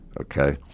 Okay